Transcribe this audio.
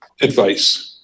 advice